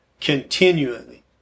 continually